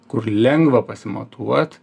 kur lengva pasimatuot